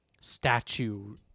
statue